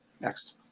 next